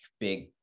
big